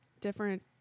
different